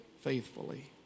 faithfully